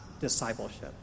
discipleship